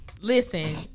Listen